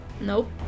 Nope